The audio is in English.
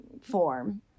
form